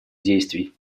действий